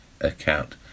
account